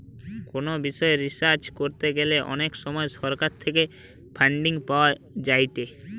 কোনো বিষয় রিসার্চ করতে গ্যালে অনেক সময় সরকার থেকে ফান্ডিং পাওয়া যায়েটে